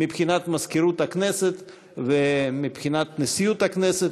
מבחינת מזכירות הכנסת ומבחינת נשיאות הכנסת,